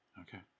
Okay